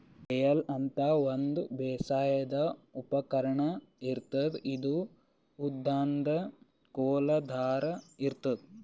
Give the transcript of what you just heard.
flail ಅಂತಾ ಒಂದ್ ಬೇಸಾಯದ್ ಉಪಕರ್ಣ್ ಇರ್ತದ್ ಇದು ಉದ್ದನ್ದ್ ಕೋಲ್ ಥರಾ ಇರ್ತದ್